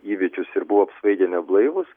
įvykius ir buvo apsvaigę neblaivūs